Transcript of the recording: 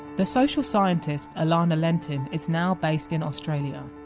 the social scientist alana lentin is now based in australia.